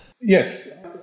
Yes